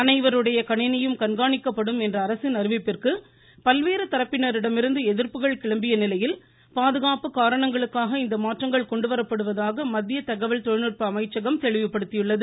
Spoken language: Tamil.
அனைவருடைய கணினியும் கண்காணிக்கப்படும் என்ற அரசின் அறிவிப்பிற்கு பல்வேறு தரப்பினரிடமிருந்து எதிர்ப்புகள் கிளம்பிய நிலையில் பாதுகாப்பு காரணங்களுக்காக இந்த மாற்றங்கள் கொண்டுவரப்படுவதாக மத்திய தகவல் தொழில்நுட்ப அமைச்சகம் தெளிவுபடுத்தியுள்ளது